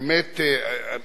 באמת